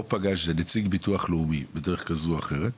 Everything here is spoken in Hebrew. או פגש נציג ביטוח לאומי בדרך כזו או אחרת,